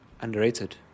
underrated